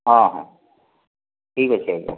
ହଁ ହ ଠିକ ଅଛି ଆଜ୍ଞା